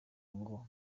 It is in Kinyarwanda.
ngo